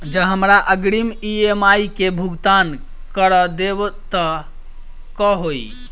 जँ हमरा अग्रिम ई.एम.आई केँ भुगतान करऽ देब तऽ कऽ होइ?